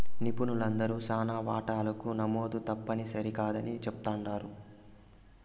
నిపుణులందరూ శానా వాటాలకు నమోదు తప్పుని సరికాదని చెప్తుండారు